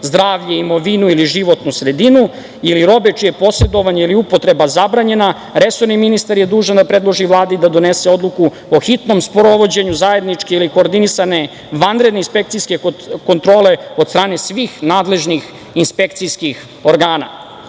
zdravlje, imovinu ili životnu sredinu ili robe čije je posredovanje ili upotreba zabranjena, resorni ministar je dužan da predloži Vladu da donese odluku o hitnom sprovođenju zajedničke ili koordinisane vanredne inspekcijske kontrole od strane svih nadležnih inspekcijskih organa. Ono